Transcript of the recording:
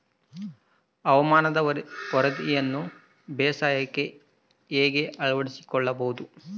ಹವಾಮಾನದ ವರದಿಯನ್ನು ಬೇಸಾಯಕ್ಕೆ ಹೇಗೆ ಅಳವಡಿಸಿಕೊಳ್ಳಬಹುದು?